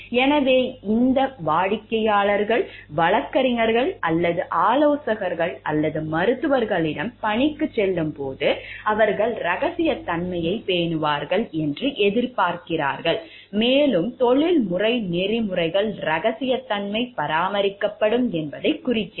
எனவே அந்த வாடிக்கையாளர்கள் வழக்கறிஞர்கள் அல்லது ஆலோசகர்கள் அல்லது மருத்துவர்களிடம் பணிக்குச் செல்லும்போது அவர்கள் ரகசியத்தன்மையைப் பேணுவார்கள் என்று எதிர்பார்க்கிறார்கள் மேலும் தொழில்முறை நெறிமுறைகள் ரகசியத்தன்மை பராமரிக்கப்படும் என்பதைக் குறிக்கிறது